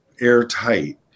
airtight